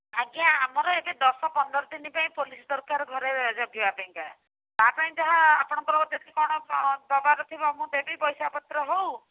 ଆଜ୍ଞା ଆମର ଏବେ ଦଶ ପନ୍ଦର ଦିନ ପାଇଁ ପୋଲିସ୍ ଦରକାର ଘରେ ଜଗିବା ପାଇଁକି ତା ପାଇଁ ଯାହା ଆପଣଙ୍କର ଯଦି କ'ଣ ଦେବାର ଥିବ ମୁଁ ଦେବି ପଇସା ପତ୍ର ହେଉ